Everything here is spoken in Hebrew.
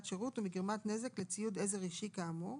שירות ומגרימת נזק לציוד עזר אישי כאמור.